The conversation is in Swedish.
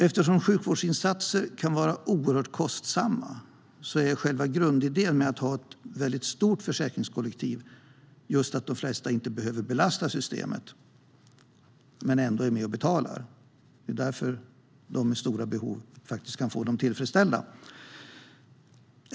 Eftersom sjukvårdsinsatser kan vara oerhört kostsamma är själva grundidén med att ha ett mycket stort försäkringskollektiv att de flesta inte behöver belasta systemet men ändå är med och betalar. Det är därför som de med stora behov faktiskt kan få sina behov tillfredsställda.